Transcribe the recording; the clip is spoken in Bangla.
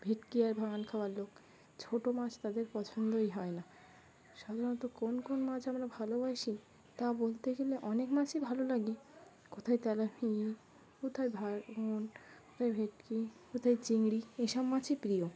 ভেটকি আর ভাঙন খাওয়ার লোক ছোটো মাছ তাদের পছন্দই হয় না সাধারণত কোন কোন মাছ আমরা ভালোবাসি তা বলতে গেলে অনেক মাছই ভালো লাগে কোথায় কোথায় ভাঙন কোথায় ভেটকি কোথায় চিংড়ি এসব মাছই প্রিয়